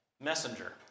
messenger